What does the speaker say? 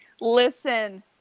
Listen